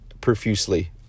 profusely